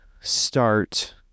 start